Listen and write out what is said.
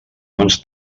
mans